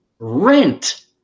rent